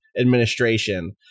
administration